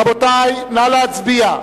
רבותי, נא להצביע.